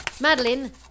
Madeline